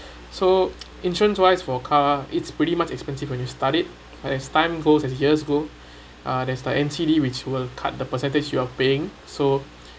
so insurance wise for car it's pretty much expensive when you start it and as time goes as years go uh there's the N_C_D which will cut the percentage you are paying so